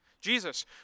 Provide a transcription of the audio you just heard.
Jesus